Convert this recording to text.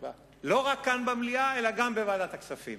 לא רק כאן במליאה, אלא גם בוועדת הכספים.